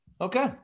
okay